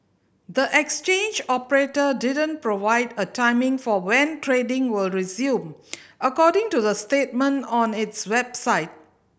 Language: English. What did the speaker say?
the exchange operator didn't provide a timing for when trading will resume according to the statement on its website